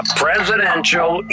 presidential